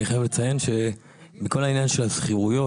אני חייב לציין שמכל העניין של השכירויות,